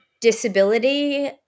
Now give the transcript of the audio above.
disability